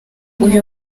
uyu